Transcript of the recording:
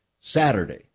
Saturday